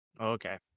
Okay